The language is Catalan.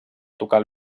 tocar